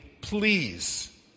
please